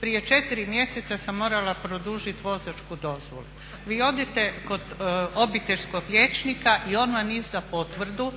Prije 4 mjeseca sam morala produžiti vozačku dozvolu. Vi odete kod obiteljskog liječnika i on vam izda potvrdu